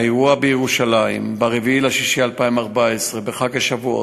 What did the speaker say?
האירוע בירושלים, ב-4 ביוני 2014, בחג השבועות,